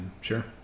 sure